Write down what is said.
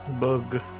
Bug